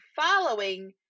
following